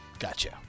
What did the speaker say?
Gotcha